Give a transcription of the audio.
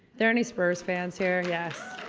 there any spurs fans here? yes.